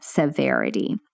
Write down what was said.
Severity